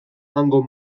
hango